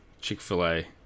Chick-fil-A